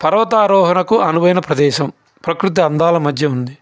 పర్వత ఆరోహణకు అనువైన ప్రదేశం ప్రకృతి అందాల మధ్య ఉంది